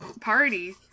Party